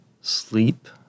sleep